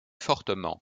fortement